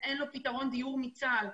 מה הטיפול בחייל בודד,